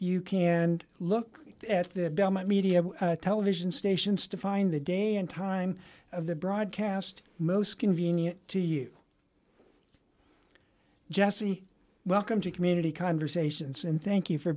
you can look at the belmont media television stations to find the day and time of the broadcast most convenient to you jesse welcome to community conversations and thank you for